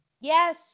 Yes